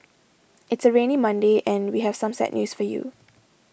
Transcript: it's a rainy Monday and we have some sad news for you